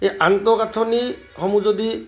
এই আন্তঃগাঁঠনিসমূহ যদি